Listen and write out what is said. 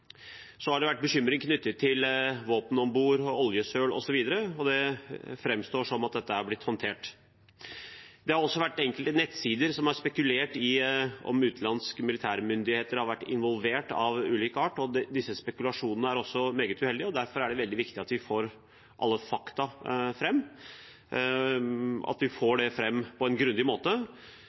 Så har det vært bekymring knyttet til våpen om bord, oljesøl osv., og det framstår som at dette har blitt håndtert. Enkelte nettsider har spekulert i om utenlandske militærmyndigheter har vært involvert på ulike måter. Disse spekulasjonene er meget uheldig, og derfor er det viktig at vi får fram alle fakta på en grundig måte. Da kan vi forstå hvordan dette skjedde og ta lærdom av det,